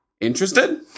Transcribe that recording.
Interested